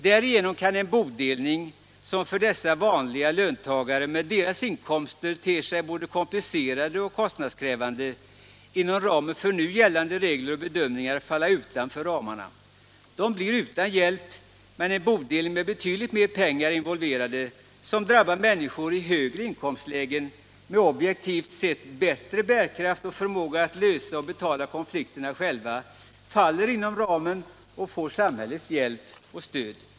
Därigenom kan en bodelning, som för dessa vanliga löntagare med deras inkomster ter sig både komplicerad och kostnadskrävande, enligt nu gällande regler och bedömningar falla utanför ramen. De blir alltså utan hjälp, men en bodelning med betydligt mer pengar involverade, som drabbar människor i högre inkomstlägen med objektivt sett bättre bärkraft och förmåga att lösa och betala konflikter själva, faller inom ramen och får samhällets stöd.